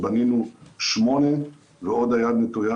בנינו 8 ועוד היד נטויה,